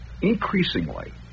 increasingly